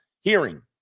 hearing